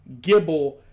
Gibble